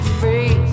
free